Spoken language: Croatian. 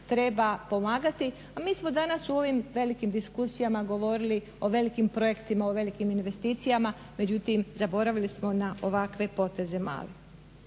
treba pomagati. A mi smo danas u ovim velikim diskusijama govorili o velikim projektima, o velikim investicijama, međutim zaboravili smo na ovakve poteze, male.